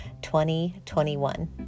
2021